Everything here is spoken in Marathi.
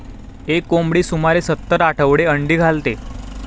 एक कोंबडी सुमारे सत्तर आठवडे अंडी घालते